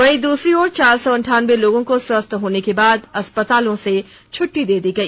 वहीं दूसरी ओर चार सौ अंठानबे लोगों को स्वस्थ होने के बाद अस्पतालों से छटटी दे दी गई